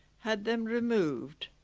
had them removed